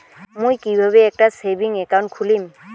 মুই কিভাবে একটা সেভিংস অ্যাকাউন্ট খুলিম?